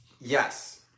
Yes